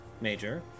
Major